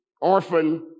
orphan